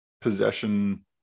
possession